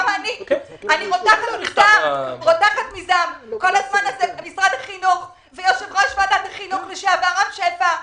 כל הזמן הזה משרד החינוך ויושב-ראש ועדת החינוך לשעבר רם שפע,